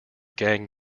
gang